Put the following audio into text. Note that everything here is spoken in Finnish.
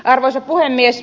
arvoisa puhemies